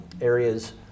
areas